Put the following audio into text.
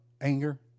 anger